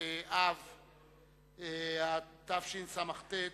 באב התשס"ט,